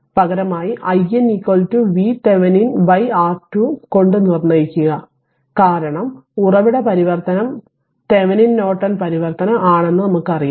പകരമായി i n VThevenin R2 കൊണ്ട് നിർണ്ണയിക്കുക കാരണം ഉറവിട പരിവർത്തനം ഞാൻ തെവെനിൻ നോർട്ടൺ പരിവർത്തനം ആണെന്നു പറഞ്ഞു